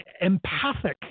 empathic